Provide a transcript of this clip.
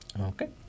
Okay